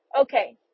okay